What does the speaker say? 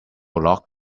lock